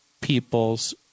people's